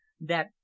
that